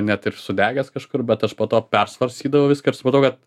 net ir sudegęs kažkur bet aš po to persvarstydavau viską ir supratau kad